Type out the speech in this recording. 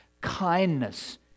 kindness